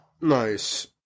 nice